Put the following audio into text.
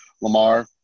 Lamar